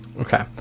Okay